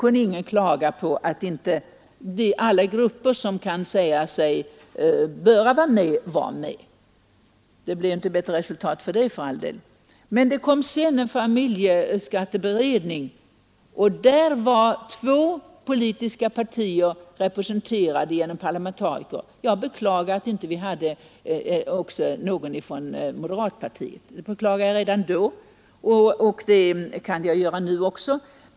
Ingen kunde klaga på den sammansättningen. Alla grupper som borde vara med var också med. — Resultatet blev för all del inte bättre för det. Sedan kom emellertid familjeskatteberedningen. Där var två politiska partier representerade genom parlamentariker. Jag beklagar att vi inte också hade någon representant från moderata samlingspartiet. Det beklagade jag redan då, och jag gör det nu också.